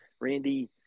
Randy